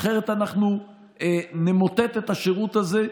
אחרת אנחנו נמוטט את השירות הזה,